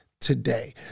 today